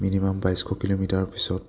minimum বাইছশ kilometre পছত